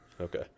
Okay